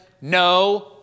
no